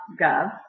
gov